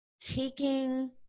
taking